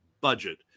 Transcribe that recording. budget